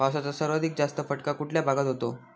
पावसाचा सर्वाधिक जास्त फटका कुठल्या भागात होतो?